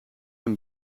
een